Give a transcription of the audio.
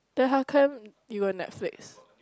then how come you got Netflix